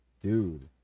Dude